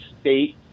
state